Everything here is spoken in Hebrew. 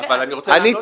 אבל אני רוצה לענות.